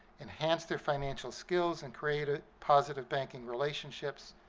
enhance their financial skills and create ah positive banking relationships.